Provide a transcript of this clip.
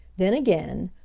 then again,